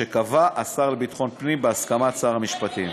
שקבע השר לביטחון הפנים בהסכמת שר המשפטים.